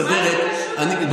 אני לא אביא למסדרת, מה זה קשור?